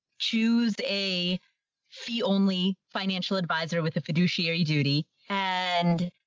choose a fee only financial advisor with a fiduciary duty. and.